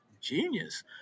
genius